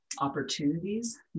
opportunities